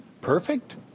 Perfect